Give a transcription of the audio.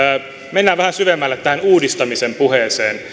mennään vähän syvemmälle tähän uudistamisen puheeseen